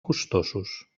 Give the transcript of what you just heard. costosos